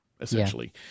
essentially